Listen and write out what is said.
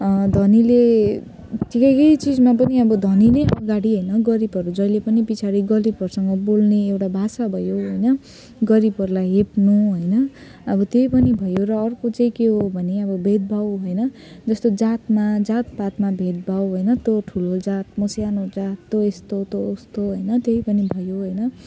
धनीले ठिकेकै चिजमा पनि अब धनी नै अगाडि होइन गरिबहरू जहिले पनि पछाडि गरिबहरूसँग बोल्ने एउटा भाषा भयो होइन गरिबहरूलाई हेप्नु होइन अब त्यही पनि भयो र अर्को चाहिँ के हो भने अब भेदभाव होइन जस्तो जातमा जातपातमा भेदभाव होइन तँ ठुलो जात म सानो जात तँ यस्तो तँ उस्तो होइन त्यही पनि भयो होइन